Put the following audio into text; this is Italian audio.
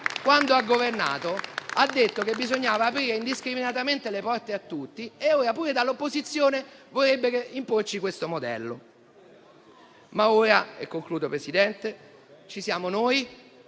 quando ha governato, ha detto che bisognava aprire indiscriminatamente le porte a tutti e ora anche dall'opposizione vorrebbe imporci questo modello. Ora però ci siamo noi